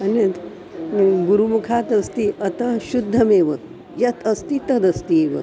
अन्यत् गुरुमुखात् अस्ति अतः शुद्धमेव यत् अस्ति तदस्ति एव